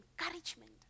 encouragement